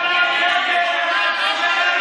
נגד העצמאים.